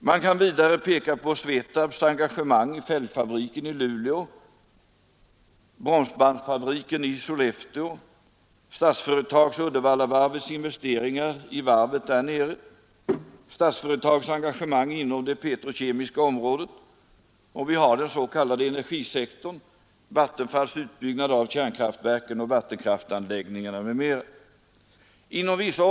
Man kan vidare peka på Svetabs engagemang i fälgfabriken i Luleå, bromsbandsfabriken i Sollefteå, Statsföretags och Uddevallavarvets investeringar i varvet där nere och Statsföretags engagemang inom det petrokemiska området. Dessutom har vi energisektorn: Vattenfalls utbyggnad av kärnkraftverken, vattenkraftsanläggningarna m.m.